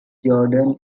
gordon